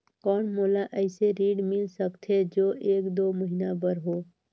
कौन मोला अइसे ऋण मिल सकथे जो एक दो महीना बर हो?